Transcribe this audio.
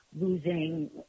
losing